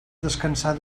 descansar